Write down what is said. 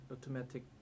automatic